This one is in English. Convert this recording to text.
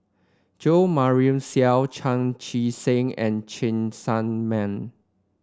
Jo Marion Seow Chan Chee Seng and Cheng Tsang Man